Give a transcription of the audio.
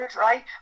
right